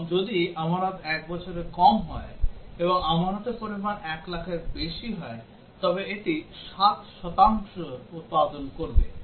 এবং যদি আমানত 1 বছরের কম হয় এবং আমানতের পরিমাণ 1 লাখের বেশি হয় তবে এটি 7 শতাংশ উৎপাদন করবে